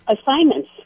assignments